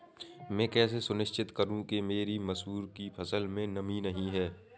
मैं कैसे सुनिश्चित करूँ कि मेरी मसूर की फसल में नमी नहीं है?